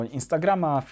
Instagrama